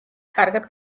კარგად